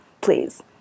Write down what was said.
please